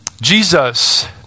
Jesus